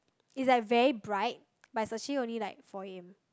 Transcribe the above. it's like very bright but it's actually only like four A_M